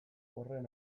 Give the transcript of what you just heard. horren